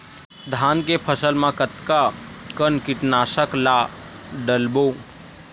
धान के फसल मा कतका कन कीटनाशक ला डलबो?